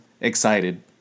excited